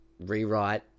rewrite